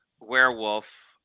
werewolf